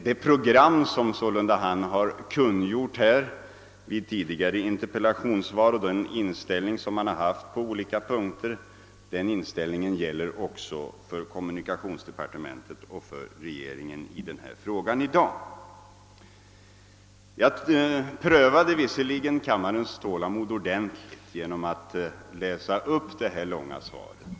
Det program som han har kungjort i tidigare interpellationssvar och den inställning han har haft i olika avseenden gäller för kommunikationsdepartementet och för regeringen också i dag. Jag prövade kammarens tålamod ordentligt genom att läsa upp det långa svaret.